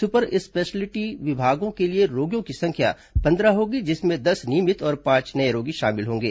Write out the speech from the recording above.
super speciality विभागों के लिए रोगियों की संख्या पन्द्रह होगी जिसमें दस नियमित और पांच नये रोगी शामिल होंगे